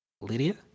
Lydia